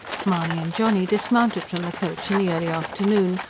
mahony and johnny dismounted from the coach in the early afternoon,